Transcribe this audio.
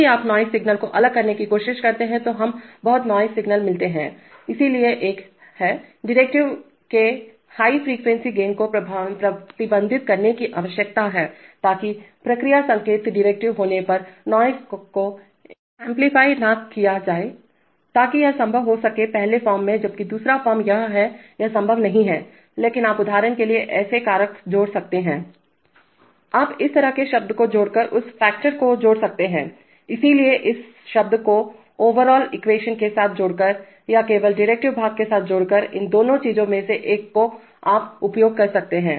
यदि आप noise signals को अलग करने की कोशिश करते हैं तो हमें बहुत नॉइज़ सिग्नल्स मिलते हैं इसलिए एक हैडेरीवेटिव के हाई फ्रीक्वेंसी गेन को प्रतिबंधित करने की आवश्यकता है ताकि प्रक्रिया संकेत डेरीवेटिव होने पर नॉइज़ को एम्पलीफाय न किया जाए ताकि यह संभव हो सके पहले फॉर्म में जबकि दूसरा फॉर्म यह है यह संभव नहीं है लेकिन आप उदाहरण के लिए ऐसे कारक जोड़ सकते हैं आप इस तरह के शब्द को जोड़कर उस फैक्टर को जोड़ सकते हैं इसलिए इस शब्द को ओवरआल एक्वेशन के साथ जोड़कर या केवल डेरीवेटिव भाग के साथ जोड़कर इन दो चीजों में से एक को आप उपयोग कर सकते हैं